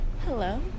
Hello